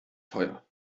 teuer